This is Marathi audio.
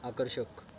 आकर्षक